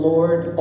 Lord